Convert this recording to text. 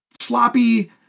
sloppy